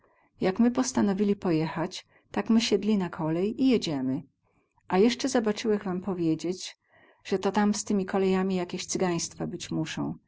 jak my postanowili pojechać tak my siedli na kolej i jedziemy a jesce zabacyłech wam powiedzieć ze tam z tymi kolejami jakiesi cygaństwa być musą